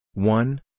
One